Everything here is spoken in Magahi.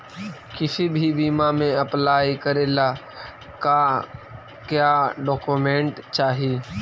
किसी भी बीमा में अप्लाई करे ला का क्या डॉक्यूमेंट चाही?